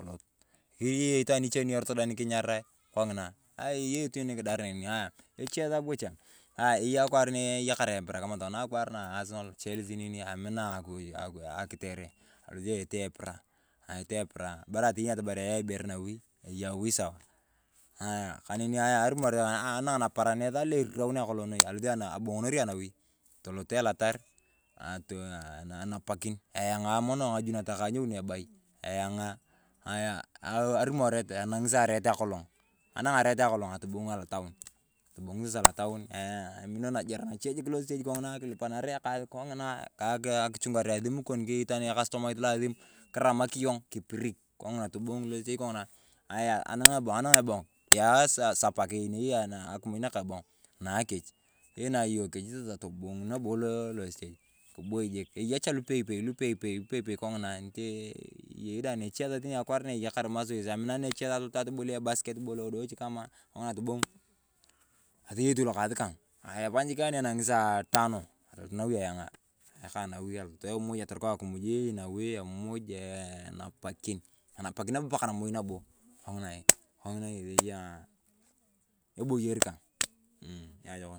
Keyei itwaan niche dae lorot nyikinyarae kong’ina aii, ngaya eye akwaar na eye epira kama tokona asonal chelsi amina ayong akitere epira. Alosi etee epira etee epira baraa atoyen ayong atamar ayaa ayong ibere nawi, eye awi sawaa. Ng’aya neni ng’aya anaak naparan na eriraune akolok noi alosi abong’onori ayong nawi atolot elatar aah enapikin eyang’a mono ng’aju nata anyouno ebay. Eyaya ng’aya arumorete enang’i ariet akolong, anaak ariet akolong atobong sasaa lotaun eeh amino sasaa najere nache lostej kong’ina akilipanar ekas kong’ina akichungare asim kon keyei tani ekastomait lo asim kiramakini yong kipirik kong’ina tobong’i lostej kongina. Ng’aya anaak ebong baas eyaa sasaa sapaa keyei neyei akimuj nakabong naa kech. Iina yong kech sasaa tobong nabo lostej, kiboi jik eya masoes aminana ng’ache saain alot atobolia ebaisketbol adochichi atabong, atoyei tu lokas kang, epany jik ani enang’i saaa emoji atorikaa akimuj eye nawi emuj eeh enapakin paa moi nabo kong’ina ngesi eya eboyor kang mmmh niajokon.